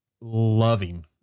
loving